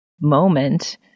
moment